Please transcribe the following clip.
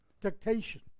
dictation